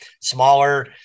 Smaller